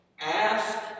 Ask